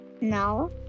No